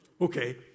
Okay